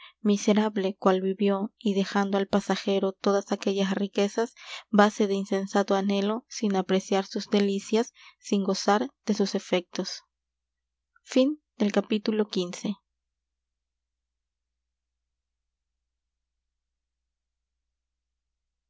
miserable cual vivió y dejando al pasajero todas aquellas riquezas base de insensato anhelo sin apreciar sus delicias sin gozar de sus efectos